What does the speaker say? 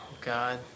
God